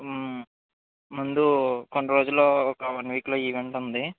ముందు కొన్ని రోజుల్లో కావాలి వన్ వీక్ లో ఈవెంట్ ఉంది